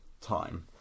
time